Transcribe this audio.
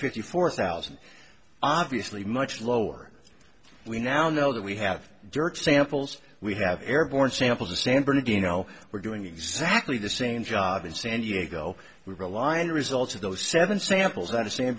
fifty four thousand obviously much lower we now know that we have dirt samples we have airborne sample the san bernardino we're doing exactly the same job in san diego we rely on the results of those seven samples out of san